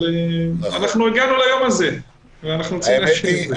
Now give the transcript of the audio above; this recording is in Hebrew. אבל הגענו ליום הזה ואנחנו רוצים להשלים את זה.